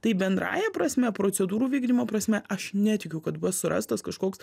tai bendrąja prasme procedūrų vykdymo prasme aš netikiu kad bus surastas kažkoks